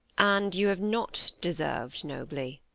and you have not deserved nobly.